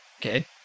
Okay